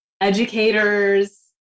educators